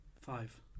Five